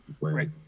right